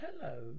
hello